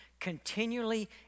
continually